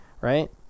right